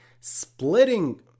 splitting